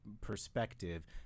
perspective